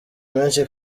menshi